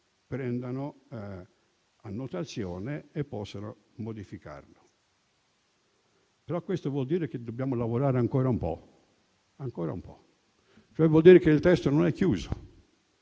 prendano nota e possano modificarlo. Però questo vuol dire che dobbiamo lavorare ancora un po'. Vuol dire cioè, che il testo non è chiuso.